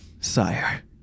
sire